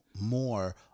more